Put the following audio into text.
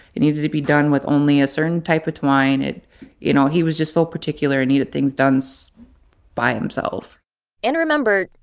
it needed to be done with only a certain type of twine. you know, he was just so particular and needed things done so by himself and remember,